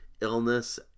illness